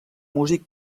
músic